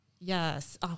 Yes